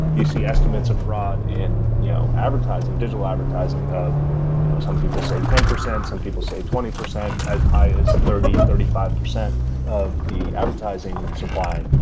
you see estimates of fraud in you know advertising, digital advertising of you know some people say ten percent, some people say twenty percent, as high as thirty percent, thirty five percent of the advertising supply,